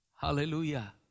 Hallelujah